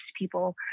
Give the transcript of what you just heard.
people